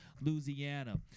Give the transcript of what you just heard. Louisiana